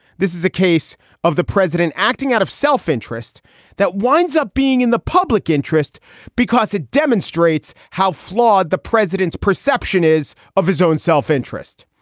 this is a case of the president acting out of self-interest that winds up being in the public interest because it demonstrates how flawed the president's perception is of his own self-interest.